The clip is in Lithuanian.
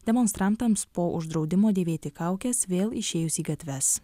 demonstrantams po uždraudimo dėvėti kaukes vėl išėjus į gatves